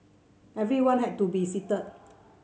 everyone had to be seated